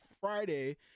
Friday